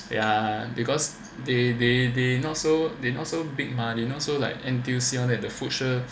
ya because they they they not so they not so big mah they not so like N_T_U_C all the food shelves